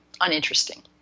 uninteresting